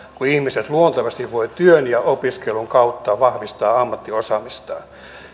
kun ihmiset luontevasti voivat työn ja opiskelun kautta vahvistaa ammattiosaamistaan